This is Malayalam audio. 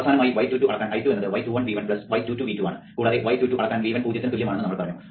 അവസാനമായി y22 അളക്കാൻ I2 എന്നത് y21 V1 y22 V2 ആണ് കൂടാതെ y22 അളക്കാൻ V1 പൂജ്യത്തിന് തുല്യമാണെന്ന് നമ്മൾ പറഞ്ഞു